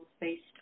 based